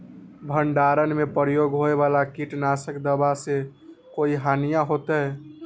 भंडारण में प्रयोग होए वाला किट नाशक दवा से कोई हानियों होतै?